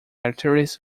arteries